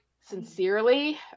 sincerely